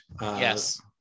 yes